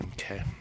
Okay